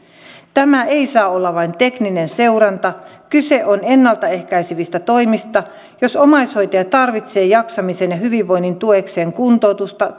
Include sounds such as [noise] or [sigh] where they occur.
tämä ei saa olla vain tekninen seuranta kyse on ennalta ehkäisevistä toimista jos omaishoitaja tarvitsee jaksamisen ja hyvinvoinnin tueksi kuntoutusta [unintelligible]